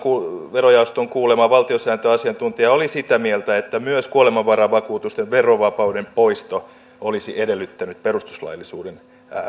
verojaoston kuulema valtiosääntöasiantuntija oli sitä mieltä että myös kuolemanvaravakuutusten verovapauden poisto olisi edellyttänyt perustuslaillisuuden